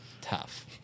Tough